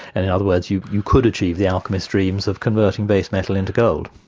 and in other words, you you could achieve the alchemists' dreams of converting base metal into gold.